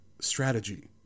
strategy